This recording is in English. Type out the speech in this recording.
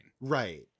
right